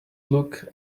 look